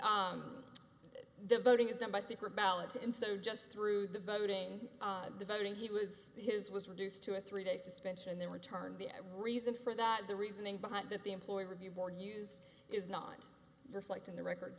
the the voting is done by secret ballot and so just through the voting the voting he was his was reduced to a three day suspension and then returned the reason for that the reasoning behind that the employee review board used is not reflecting the record